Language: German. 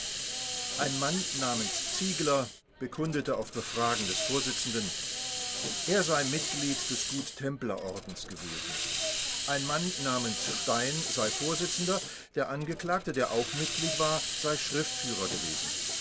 ein mann namens ziegler bekundete auf befragen des vorsitzenden er sei mitglied des guttemplerordens gewesen ein mann namens stein sei vorsitzender der angeklagte der auch mitglied war sei schriftführer gewesen